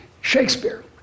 Shakespeare